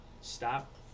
stop